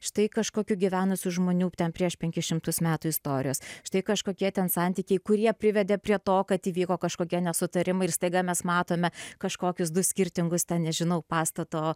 štai kažkokių gyvenusių žmonių ten prieš penkis šimtus metų istorijos štai kažkokie ten santykiai kurie privedė prie to kad įvyko kažkokie nesutarimai ir staiga mes matome kažkokius du skirtingus ten nežinau pastato